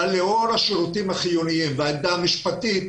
אבל לאור השירותים החיוניים והעמדה המשפטית